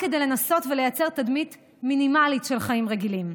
רק כדי לנסות לייצר תדמית מינימלית של חיים רגילים.